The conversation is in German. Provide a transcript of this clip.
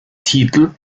titel